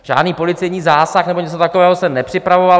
Žádný policejní zásah nebo něco takového se nepřipravoval.